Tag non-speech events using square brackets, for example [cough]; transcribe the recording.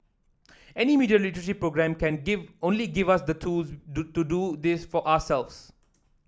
any media literacy programme can give only give us the tools [unintelligible] to do this for ourselves